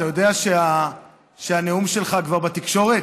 אתה יודע שהנאום שלך כבר בתקשורת?